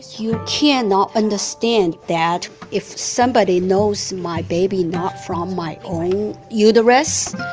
you cannot understand that if somebody knows my baby's not from my own uterus,